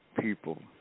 people